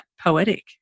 poetic